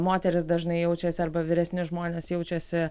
moterys dažnai jaučiasi arba vyresni žmonės jaučiasi